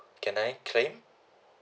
can I claim